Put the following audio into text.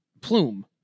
plume